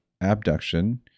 abduction